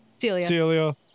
Celia